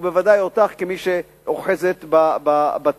ובוודאי אותך כמי שאוחזת בתיק: